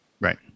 Right